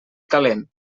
calent